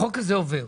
החוק הזה עובר,